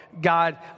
God